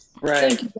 Right